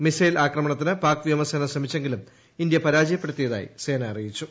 missile ആക്രമണത്തിന് പാക് വ്യോമസേന ശ്രമിച്ചെങ്കിലും ഇന്ത്യ പരാജയപ്പെടുത്തിയതായി സേന അറിയിച്ചു